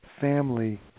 family